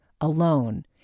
alone